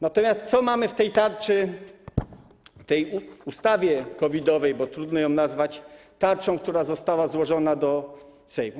Natomiast co mamy w tej tarczy, w tej ustawie COVID-owej, bo trudno ją nazwać tarczą, która została złożona do Sejmu?